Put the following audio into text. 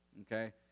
okay